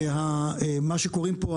שמה שקוראים פה,